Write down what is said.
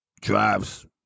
drives